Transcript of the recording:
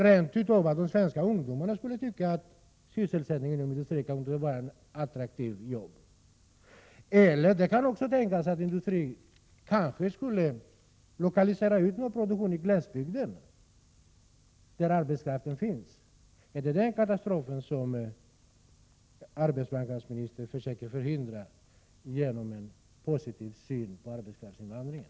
De svenska ungdomarna kanske rent av skulle tycka att sysselsättning inom industrin vore attraktiv. Det kan också tänkas att industrin skulle utlokalisera produktion till glesbygden där arbetskraften finns. Är det den ”katastrofen” som arbetsmarknadsministern försöker förhindra genom en positiv syn på arbetskraftsinvandringen?